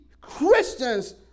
Christians